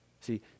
See